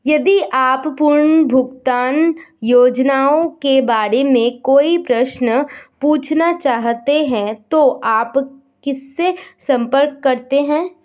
यदि आप पुनर्भुगतान योजनाओं के बारे में कोई प्रश्न पूछना चाहते हैं तो आप किससे संपर्क करते हैं?